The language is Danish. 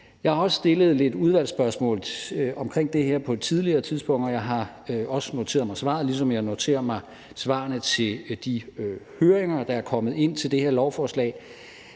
Jeg har også stillet nogle udvalgsspørgsmål om det her på et tidligere tidspunkt, og jeg har også noteret mig svaret, ligesom jeg noterer mig de høringssvar, der er kommet ind til det her lovforslag.